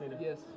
Yes